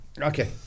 Okay